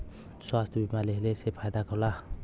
स्वास्थ्य बीमा लेहले से का फायदा होला?